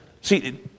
see